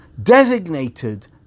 designated